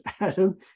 adam